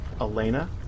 Elena